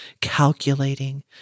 calculating